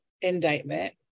indictment